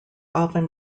often